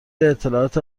اطلاعات